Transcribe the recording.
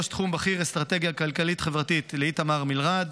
ראש תחום בכיר אסטרטגיה כלכלית-חברתית איתמר מילרד.